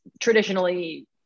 traditionally